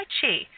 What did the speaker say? Chi